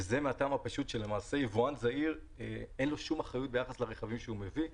כיוון שאין לו שום אחריות ביחס לרכבים שהוא מביא.